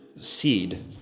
seed